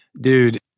dude